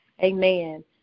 amen